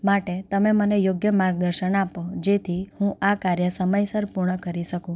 માટે તમે મને યોગ્ય માર્ગદર્શન આપો જેથી હું આ કાર્ય સમયસર પૂર્ણ કરી શકું